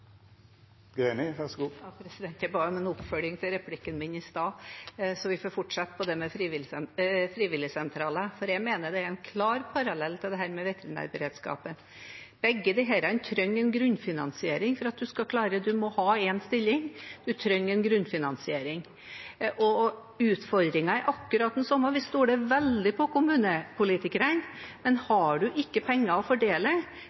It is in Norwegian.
Greni. Ja, jeg ba om en oppfølging til replikken min i stad, så vi får fortsette på det med frivilligsentraler, for jeg mener det er en klar parallell til dette med veterinærberedskapen. Begge trenger en grunnfinansiering. Man må ha én stilling, og man trenger en grunnfinansiering. Og utfordringen er akkurat den samme: Vi stoler veldig på kommunepolitikerne, men har man ikke penger å fordele,